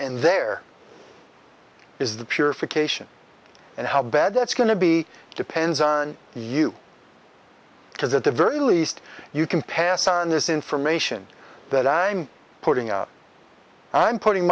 and there is the purification and how bad that's going to be depends on you because at the very least you can pass on this information that i'm putting out and i'm putting